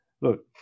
look